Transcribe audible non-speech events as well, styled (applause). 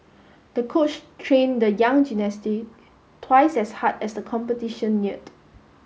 the coach train the young (unintelligible) twice as hard as the competition neared